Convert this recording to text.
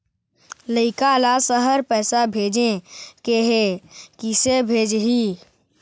लइका ला शहर पैसा भेजें के हे, किसे भेजाही